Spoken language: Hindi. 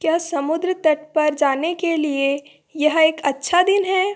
क्या समुद्र तट पर जाने के लिए यह एक अच्छा दिन है